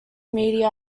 media